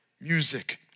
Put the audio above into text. music